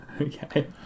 okay